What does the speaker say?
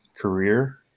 career